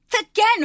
again